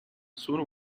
sono